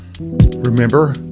remember